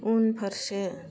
उनफारसे